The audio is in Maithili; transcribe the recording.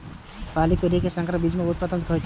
पहिल पीढ़ी के संकर बीज सं उच्च उत्पादन होइ छै